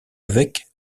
avec